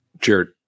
Jared